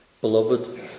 Beloved